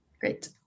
Great